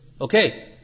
Okay